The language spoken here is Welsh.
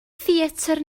theatr